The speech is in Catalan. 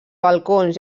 balcons